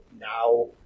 now